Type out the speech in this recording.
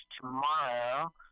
tomorrow